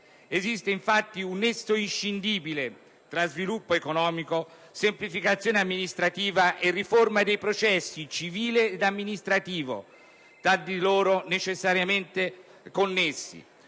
Esiste infatti un nesso inscindibile tra sviluppo economico, semplificazione amministrativa e riforma dei processi civile ed amministrativo, tra di loro necessariamente connessi.